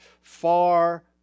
far